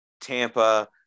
tampa